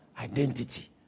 Identity